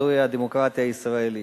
זוהי הדמוקרטיה הישראלית.